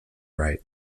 wright